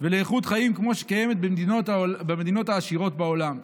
ולאיכות חיים כמו שקיימת במדינות העשירות בעולם.